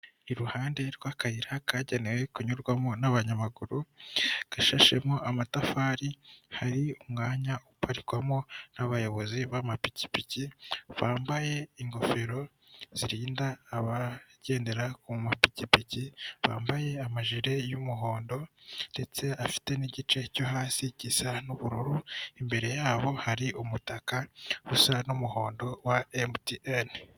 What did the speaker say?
Iruhande rw'akayira kagenewe kunyurwamo n'abanyamaguru gashashemo amatafari hari umwanya uparikwamo n'abayobozi b'amapikipiki bambaye ingofero zirinda abagendera ku mapikipiki bambaye amajiri y'umuhondo ndetse afite n'igice cyo hasi gisa n'ubururu imbere yabo hari umutaka usa n'umuhondo wa emutiyeni.